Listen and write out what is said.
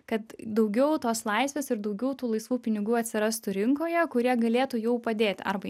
kad daugiau tos laisvės ir daugiau tų laisvų pinigų atsirastų rinkoje kurie galėtų jau padėti arba